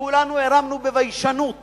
וכולנו הרמנו בביישנות